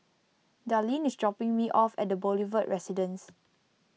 Darline is dropping me off at Boulevard Residence